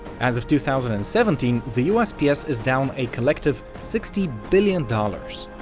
as of two thousand and seventeen the usps is down a collective sixty billion dollars.